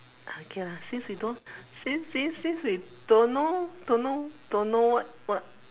okay lah since we don't since since since we don't know don't know don't know what what